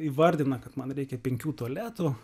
įvardina kad man reikia penkių tualetų